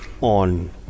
on